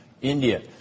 India